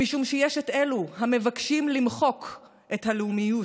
משום שיש את אלו המבקשים למחוק את הלאומיות,